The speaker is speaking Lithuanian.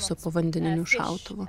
su povandeniniu šautuvu